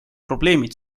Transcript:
probleemid